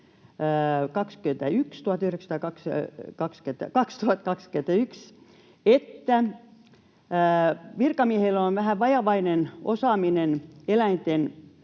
että virkamiehillä on vähän vajavainen osaaminen eläinten